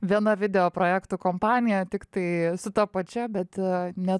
viena video projektų kompanija tiktai su ta pačia bet ne